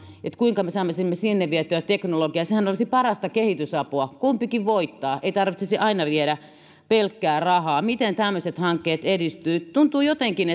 kuinka me saisimme sinne vietyä teknologiaa sehän olisi parasta kehitysapua kumpikin voittaa ei tarvitsisi aina viedä pelkkää rahaa miten tämmöiset hankkeet edistyvät tuntuu jotenkin